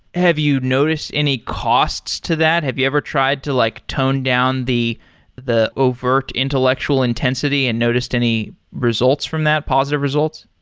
have you noticed any costs to that? have you ever tried to like tone down the the overt intellectual intensity and noticed any results from that, positive results?